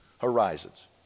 horizons